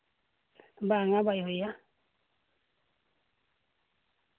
ᱵᱟᱝᱟ ᱵᱟᱭ ᱦᱩᱭᱟ